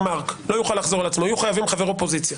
יהיו חייבים חבר אופוזיציה.